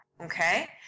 okay